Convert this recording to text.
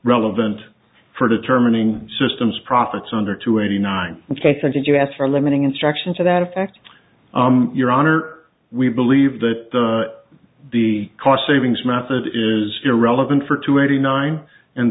relevant for determining system's profits under two eighty nine cases if you ask for a limiting instruction to that effect your honor we believe that the cost savings method is irrelevant for two eighty nine and